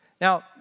Now